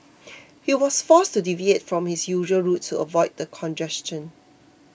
he was forced to deviate from his usual route to avoid the congestion